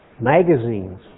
magazines